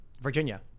Virginia